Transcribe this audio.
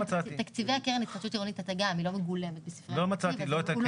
תקציבי הקרן להתחדשות עירונית גם לא מגולמת בספרי התקציב.